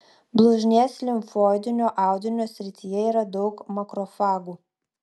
blužnies limfoidinio audinio srityje yra daug makrofagų